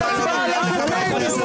אתה פוחד מלוין.